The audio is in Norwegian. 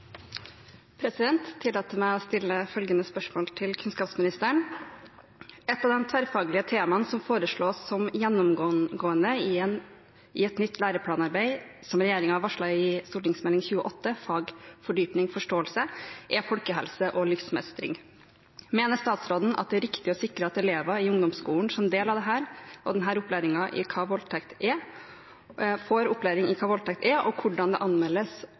tillater meg å stille følgende spørsmål til kunnskapsministeren: «Et av de tverrfaglige temaene som foreslås som gjennomgående i et nytt læreplanarbeid, som regjeringen har varslet i Meld. St. 28 Fag – Fordypning – Forståelse, er folkehelse og livsmestring. Mener statsråden at det er riktig å sikre at elever i ungdomsskolen som del av dette får opplæring i hva voldtekt er, og hvordan det anmeldes og håndteres, eller hvordan